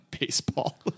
baseball